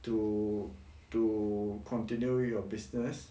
to to continue your business